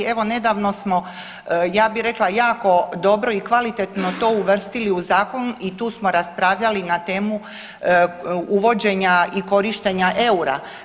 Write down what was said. Evo nedavno smo ja bi rekla jako dobro i kvalitetno to uvrstili u zakon i tu smo raspravljali na temu uvođenja i korištenja eura.